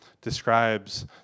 describes